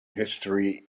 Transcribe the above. history